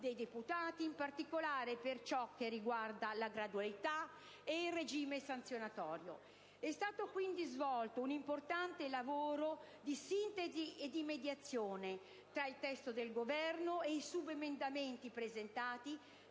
Camera, in particolare per ciò che riguarda la gradualità e il regime sanzionatorio. Quindi, è stato svolto un importante lavoro di sintesi e di mediazione tra il testo del Governo e i subemendamenti presentati,